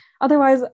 otherwise